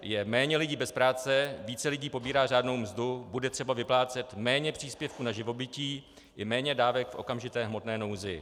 Je méně lidí bez práce, více lidí pobírá řádnou mzdu, bude třeba vyplácet méně příspěvků na živobytí i méně dávek v okamžité hmotné nouzi.